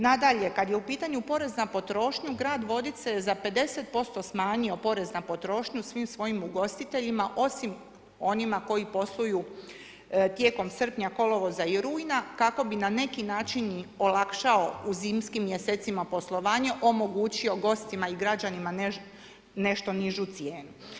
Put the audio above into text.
Nadalje, kad je u pitanju porez na potrošnju, grad Vodice je za 50% smanjio porez na potrošnju svim svojim ugostiteljima, osim onima koji posluju tijekom srpnja, kolovoza i rujna, kako bi na neki način im olakšao u zimskim mjesecima poslovanje, omogućio gostima i građanima nešto nižu cijenu.